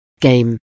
Game